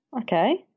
Okay